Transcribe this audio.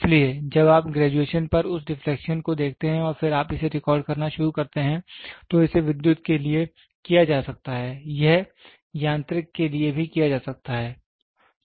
इसलिए जब आप ग्रेजुएशन पर उस डिफ्लेक्शन को देखते हैं और फिर आप इसे रिकॉर्ड करना शुरू करते हैं तो इसे विद्युत के लिए किया जा सकता है यह यांत्रिक के लिए भी किया जा सकता है